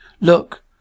Look